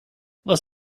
was